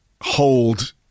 hold